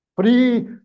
Free